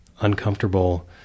uncomfortable